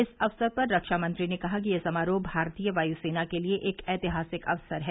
इस अवसर पर रक्षामंत्री ने कहा कि यह समारोह भारतीय वायुसेना के लिए एक ऐतिहासिक अवसर है